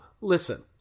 Listen